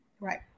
right